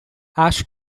acho